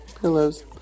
Pillows